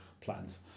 plans